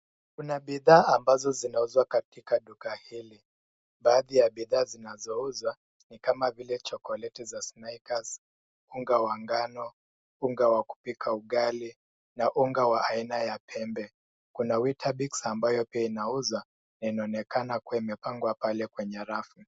Kuna bidhaa ambazo zinauzwa katika duka hili baadhi ya bidhaa zinazouzwa ni kama vile chokolati za snickers, unga wa ngano, unga wa kupika ugali na unga wa aina ya pembe kuna weetabix ambayo pia inauzwa na inaonekana kua imepangwa pale kwenye rafu.